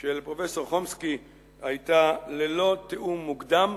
של פרופסור חומסקי היתה ללא תיאום מוקדם.